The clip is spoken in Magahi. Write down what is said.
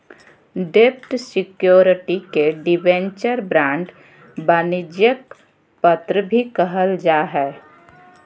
डेब्ट सिक्योरिटी के डिबेंचर, बांड, वाणिज्यिक पत्र भी कहल जा हय